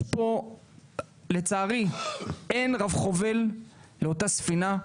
לצערי, אין רב חובל לאותה ספינה.